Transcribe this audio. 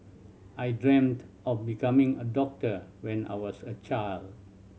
I dreamt of becoming a doctor when I was a child